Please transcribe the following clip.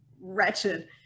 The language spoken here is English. wretched